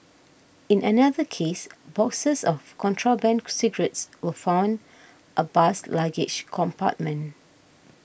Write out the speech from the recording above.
in another case boxes of contraband cigarettes were found a bus's luggage compartment